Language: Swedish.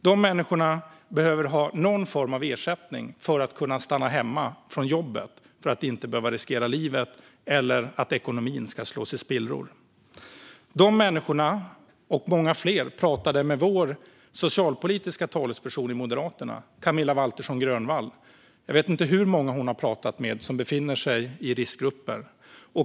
De människorna behöver få någon form av ersättning för att kunna stanna hemma från jobbet för att inte behöva riskera livet eller att ekonomin slås i spillror. De människorna och många fler pratade med Moderaternas socialpolitiska talesperson, Camilla Waltersson Grönvall. Jag vet inte hur många hon har pratat med som befinner sig i riskgrupper.